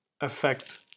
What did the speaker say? affect